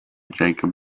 jacob